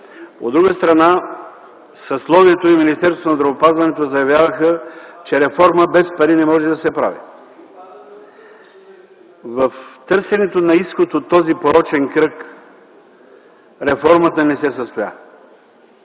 От друга страна съсловието и Министерството на здравеопазването заявяваха, че реформа без пари не може да се прави. В търсенето на изход от този порочен кръг реформата не се състоя.